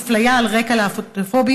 אפליה על רקע הומופוביה,